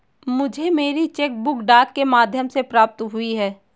मुझे मेरी cheque book डाक के माध्यम से प्राप्त हुई है